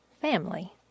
family